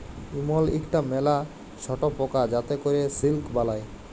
ইমল ইকটা ম্যালা ছট পকা যাতে ক্যরে সিল্ক বালাই